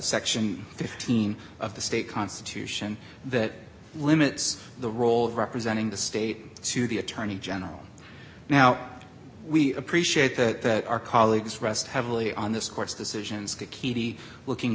section fifteen of the state constitution that limits the role of representing the state to the attorney general now we appreciate that our colleagues rest heavily on this court's decisions keady looking